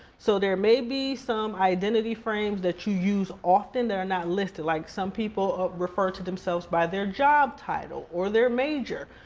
so there may be some identity frames that you use often that are not listed. like some people refer to themselves by their job title, or their major.